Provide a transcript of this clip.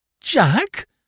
Jack